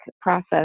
process